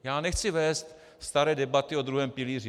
Já nechci vést staré debaty o druhém pilíři.